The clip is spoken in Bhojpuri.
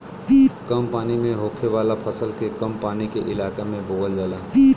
कम पानी में होखे वाला फसल के कम पानी के इलाके में बोवल जाला